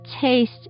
taste